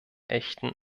echten